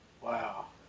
Wow